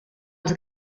els